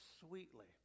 sweetly